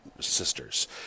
Sisters